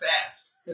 fast